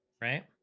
right